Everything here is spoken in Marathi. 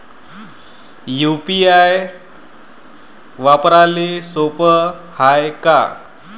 यू.पी.आय वापराले सोप हाय का?